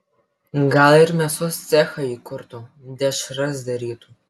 gal ir mėsos cechą įkurtų dešras darytų